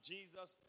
Jesus